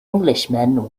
englishman